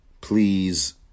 Please